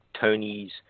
Tony's